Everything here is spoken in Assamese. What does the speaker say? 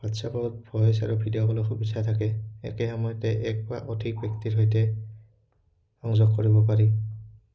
হোৱাটছআপত ভইচ আৰু ভিডিঅ' কলৰ সুবিধা থাকে একে সময়তে এক বা অধিক ব্যক্তিৰ সৈতে সংযোগ কৰিব পাৰি